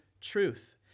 truth